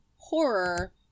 horror